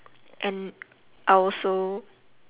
and I also